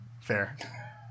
Fair